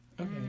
Okay